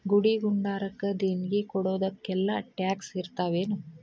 ಗುಡಿ ಗುಂಡಾರಕ್ಕ ದೇಣ್ಗಿ ಕೊಡೊದಕ್ಕೆಲ್ಲಾ ಟ್ಯಾಕ್ಸ್ ಇರ್ತಾವೆನು?